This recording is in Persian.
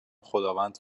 خداوند